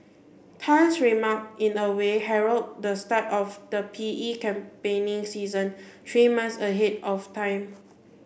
tan's remark in a way herald the start of the P E campaigning season three months ahead of time